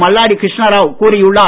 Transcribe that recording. மல்லாடி கிருஷ்ண ராவ் கூறியுள்ளார்